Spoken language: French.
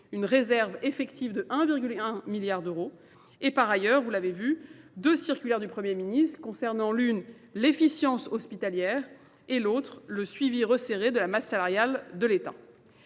une réserve effective de 1,1 milliard d'euros. Et par ailleurs, vous l'avez vu, deux circulaires du Premier ministre concernant l'une l'efficience hospitalière et l'autre le suivi resserré de la masse salariale de l'État.